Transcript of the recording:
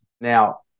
Now